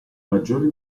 maggiori